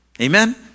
Amen